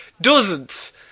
dozens